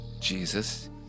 Jesus